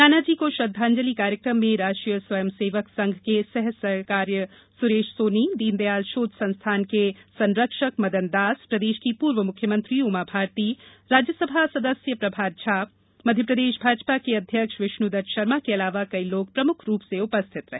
नानाजी को श्रद्वांजलि कार्यक्रम में राष्ट्रीय स्वयंसेवक संघ के सह सरकार्यवाह सुरेश सोनी दीनदयाल शोध संस्थान के संरक्षक मदन दास प्रदेश की पूर्व मुख्यमंत्री उमा भारती राज्यसभा सदस्य प्रभात झा मध्यप्रदेश भाजपा के अध्यक्ष विष्णु दत्त शर्मा के अलावा कई लोग प्रमुख रूप से उपस्थित रहे